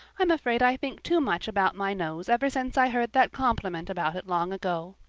i'm afraid i think too much about my nose ever since i heard that compliment about it long ago.